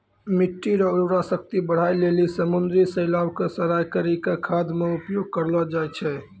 मिट्टी रो उर्वरा शक्ति बढ़ाए लेली समुन्द्री शैलाव के सड़ाय करी के खाद मे उपयोग करलो जाय छै